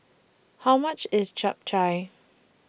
How much IS Japchae